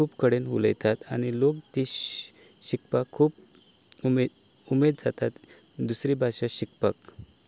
खूब कडेन उलयतात आनी लोकांक ती शिकपाक खूब उमेद उमेद जाता दुसरी भाशा शिकपाक